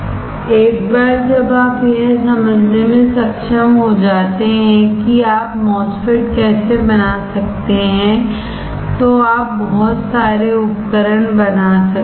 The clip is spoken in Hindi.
एक बार जब आप यह समझने में सक्षम हो जाते हैं कि आप MOSFET कैसे बना सकते हैं तो आप बहुत सारे उपकरण बना सकते हैं